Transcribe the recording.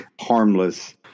harmless